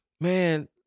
man